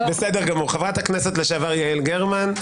חברת הכנסת לשעבר יעל גרמן,